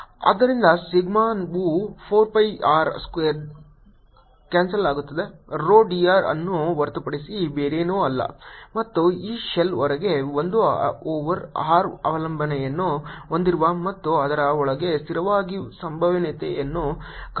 ρ4πr2 ಆದ್ದರಿಂದ ಸಿಗ್ಮಾವು 4 pi r square cancels ಆಗುತ್ತದೆ rho d r ಅನ್ನು ಹೊರತುಪಡಿಸಿ ಬೇರೇನೂ ಅಲ್ಲ ಮತ್ತು ಈ ಶೆಲ್ ಹೊರಗೆ 1 ಓವರ್ r ಅವಲಂಬನೆಯನ್ನು ಹೊಂದಿರುವ ಮತ್ತು ಅದರ ಒಳಗೆ ಸ್ಥಿರವಾಗಿರುತ್ತದೆ ಸಂಭಾವ್ಯತೆಗೆ ಕಾರಣವಾಗುತ್ತದೆ